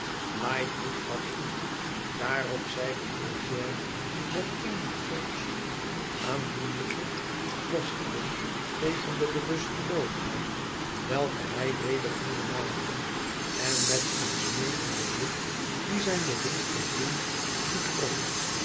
lightwood gaf toe daarop zeide eugène met eene hoogst aandoenlijke worsteling tegen de bewusteloosheid welke hij weder voelde naderen en meteen smeekenden blik die zijn bedroefden vriend diep trof